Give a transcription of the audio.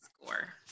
score